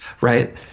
right